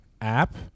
app